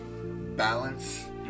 balance